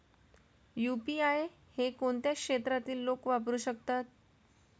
UPI हे कोणत्या क्षेत्रातील लोक वापरू शकतात?